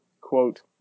quote